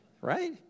Right